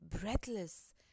Breathless